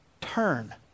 turn